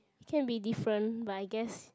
it can be different but I guess